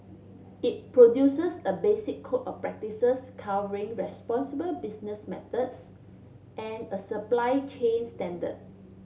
it produces a basic code of practices covering responsible business methods and a supply chain standard